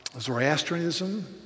Zoroastrianism